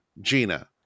Gina